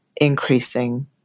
increasing